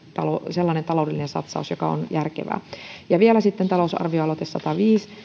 sellainen taloudellinen satsaus joka on järkevä vielä talousarvioaloite sataviisi